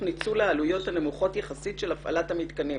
ניצול העלויות הנמוכות יחסית של הפעלת המתקנים".